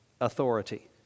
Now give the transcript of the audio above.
authority